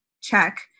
check